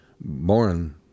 born